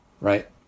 right